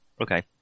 Okay